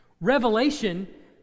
Revelation